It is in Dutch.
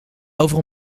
over